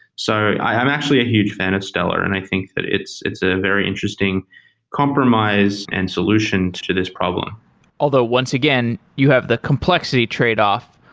so i'm actually a huge fan of stellar. and i think that it's it's a very interesting compromise and solution to this problem although, once again you have the complexity tradeoff.